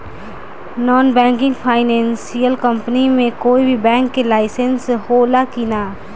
Non banking financial company मे कोई भी बैंक के लाइसेन्स हो ला कि ना?